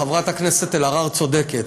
חברת הכנסת אלהרר צודקת.